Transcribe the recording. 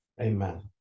Amen